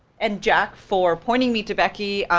and jack, for pointing me to becky,